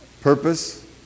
purpose